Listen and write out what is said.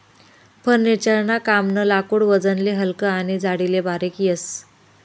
furniture ना कामनं लाकूड वजनले हलकं आनी जाडीले बारीक येस